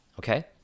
okay